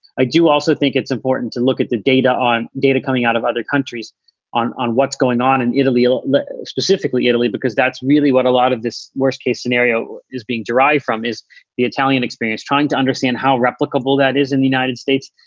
i do also think it's important to look at the data on data coming out of other countries on on what's going on in italy, ah specifically italy, because that's really what a lot of this worst-case scenario is being derived from is the italian experience trying to understand how replicable that is in the united states.